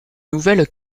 nouvelle